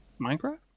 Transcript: minecraft